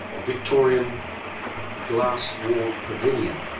victorian glass-walled pavilion